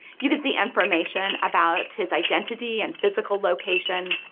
you can see information about his identity and physical location,